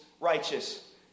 righteous